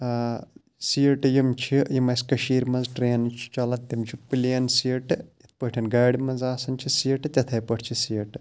سیٖٹہٕ یِم چھِ یِم اَسہِ کٔشیٖرِ منٛز ٹرٛینہٕ چھِ چَلان تِم چھِ پٕلین سیٖٹہٕ یِتھ پٲٹھۍ گاڑِ منٛز آسان چھِ سیٖٹہٕ تِتھَے پٲٹھۍ چھِ سیٖٹہٕ